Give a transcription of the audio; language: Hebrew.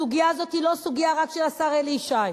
הסוגיה הזאת היא לא סוגיה רק של השר אלי ישי.